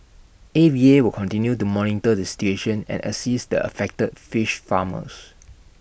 A V A will continue to monitor the situation and assist the affected fish farmers